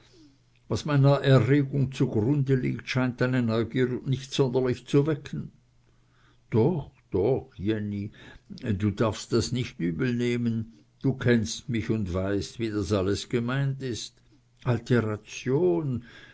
was meiner erregung zugrunde liegt scheint deine neugier nicht sonderlich zu wecken doch doch jenny du darfst das nicht übelnehmen du kennst mich und weißt wie das alles gemeint ist